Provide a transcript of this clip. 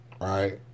right